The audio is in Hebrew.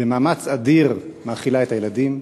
במאמץ אדיר מאכילה את הילדים,